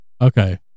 Okay